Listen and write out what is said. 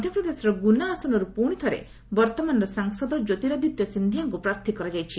ମଧ୍ୟପ୍ରଦେଶର ଗୁନା ଆସନରୁ ପୁଣିଥରେ ବର୍ତ୍ତମାନର ସାଂସଦ କ୍ୟୋତିରାଦିତ୍ୟ ସିନ୍ଧିଆଙ୍କୁ ପ୍ରାର୍ଥୀ କରାଯାଇଛି